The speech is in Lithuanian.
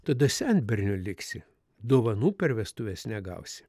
tada senberniu liksi dovanų per vestuves negausi